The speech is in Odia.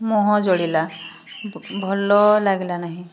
ମୁହଁ ଜଳିଲା ଭଲ ଲାଗିଲା ନାହିଁ